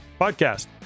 podcast